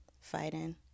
Fighting